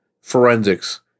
forensics